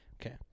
okay